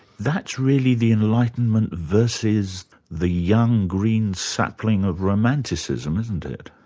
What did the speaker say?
that's really the enlightenment versus the young green sapling of romanticism, isn't it?